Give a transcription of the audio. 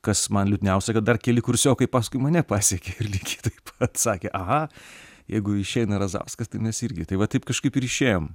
kas man liūdniausia kad dar keli kursiokai paskui mane pasekė ir lygiai taip pat sakė aha jeigu išeina razauskas tai mes irgi tai va taip kažkaip ir išėjom